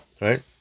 Right